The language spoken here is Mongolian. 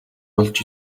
олж